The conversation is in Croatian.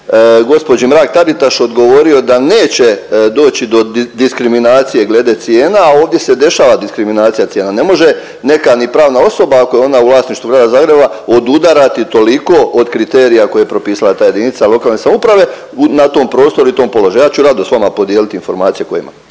gospođi Mrak-Taritaš odgovorio da neće doći do diskriminacije glede cijena, a ovdje se dešava diskriminacija cijena. Ne može neka ni pravna osoba ako je ona u vlasništvu grada Zagreba odudarati toliko od kriterija koje je propisala ta jedinica lokalne samouprave na tom prostoru i tom položaju. Ja ću rado sa vama podijeliti informacije koje imam.